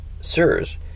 Sirs